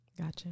gotcha